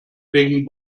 wegen